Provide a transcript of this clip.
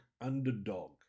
underdog